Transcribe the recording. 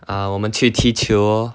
ah 我们去踢球 lor